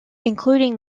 including